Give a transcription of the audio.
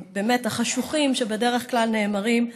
באמת החשוכים שבדרך כלל נאמרים,